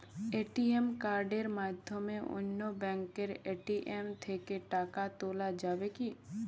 ATM কার্ডের মাধ্যমে অন্য ব্যাঙ্কের এ.টি.এম থেকে টাকা তোলা যাবে কি?